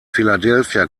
philadelphia